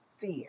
fear